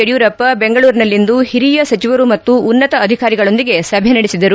ಯಡಿಯೂರಪ್ಪ ಬೆಂಗಳೂರಿನಲ್ಲಿಂದು ಹಿರಿಯ ಸಚಿವರು ಮತ್ತು ಉನ್ನತ ಅಧಿಕಾರಿಗಳೊಂದಿಗೆ ಸಭೆ ನಡೆಸಿದರು